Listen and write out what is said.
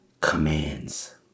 commands